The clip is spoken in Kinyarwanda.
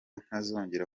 ntazongera